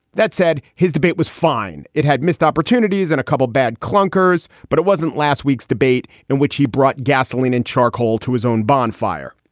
that said, his debate was fine. it had missed opportunities and a couple bad clunkers. but it wasn't last week's debate in which he brought gasoline and charcoal to his own bonfire.